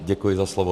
Děkuji za slovo.